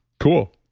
cool